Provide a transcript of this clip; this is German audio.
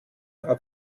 aber